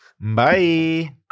Bye